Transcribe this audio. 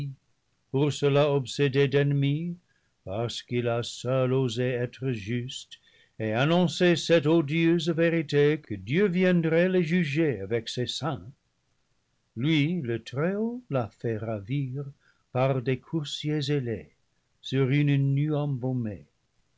pour cela obsédé d'ennemis parce qu'il a seul osé être juste et annoncer cette odieuse vérité que dieu viendrait les juger avec ses saints lui le très-haut l'a fait ravir par des coursiers ailés sur une nue